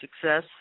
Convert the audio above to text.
success